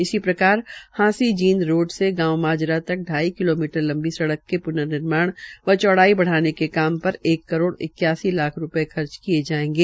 इसी प्रकारहांसी जींद रोड से गांव माजरा तक ढाई किलोमीटर लंबी सड़क के प्न निर्माण व चौडाई बढ़ाने के काम पर एक करोड़ इक्यासी लाख रूपये खर्च किये जायेगे